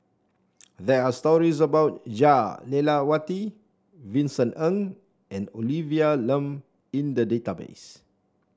there are stories about Jah Lelawati Vincent Ng and Olivia Lum in the database